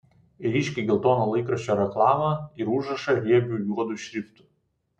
ryškiai geltoną laikraščio reklamą ir užrašą riebiu juodu šriftu